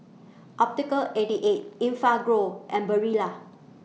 Optical eighty eight Enfagrow and Barilla